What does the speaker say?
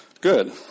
good